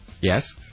Yes